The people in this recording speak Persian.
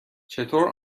چطور